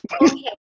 Okay